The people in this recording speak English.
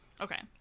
Okay